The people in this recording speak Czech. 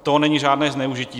To není žádné zneužití.